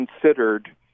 considered